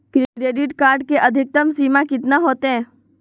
Credit card के अधिकतम सीमा कितना होते?